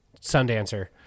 sundancer